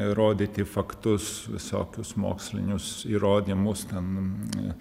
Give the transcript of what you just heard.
rodyti faktus visokius mokslinius įrodymus ten